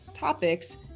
topics